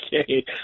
okay